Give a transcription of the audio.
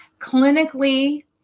clinically